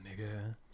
nigga